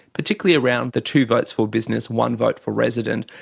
particularly around the two votes for business, one vote for resident,